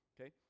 okay